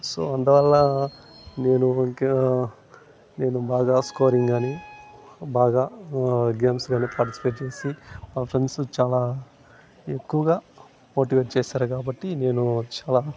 so అందువల్ల నేను ఇంక నేను బాగా స్కోరింగ్గానీ బాగా గేమ్స్ గానీ పార్టిసిపేట్ చేసి మా ఫ్రెండ్స్ చాలా ఎక్కువగా మోటివేట్ చేసారు కాబట్టి నేను చాలా